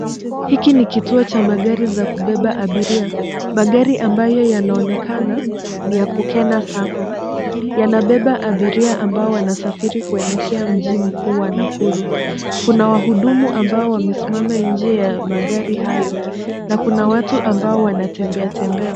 Hiki ni kituo cha magari za kubeba abiria. Magari ambayo yanaonekana ni ya Kukena Sacco. Yanabeba abiria ambao wanasafiri kuelekea mji mkuu wa Nakuru. Kuna wahudumu ambao wamesimama nje ya magari hayo na kuna watu ambao wanatembea tembea.